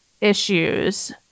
issues